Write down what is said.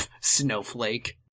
snowflake